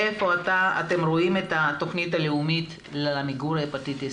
איפה אתם רואים את התוכנית הלאומית למיגור ההפטיטיס,